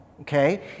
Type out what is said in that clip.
Okay